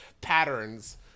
patterns